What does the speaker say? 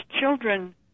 children